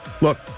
Look